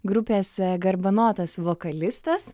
grupės garbanotas vokalistas